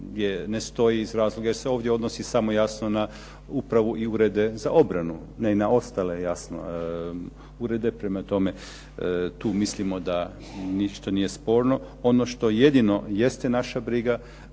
ne stoji iz razloga jer se ovdje odnosi samo jasno na upravu i urede za obranu. Ne i na ostale jasno urede. Prema tome, tu mislimo da ništa nije sporno. Ono što jedino jeste naša briga,